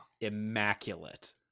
immaculate